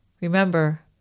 Remember